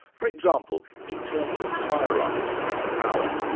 for example, in terms of hierarchy and power.